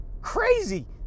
Crazy